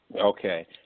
okay